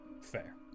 Fair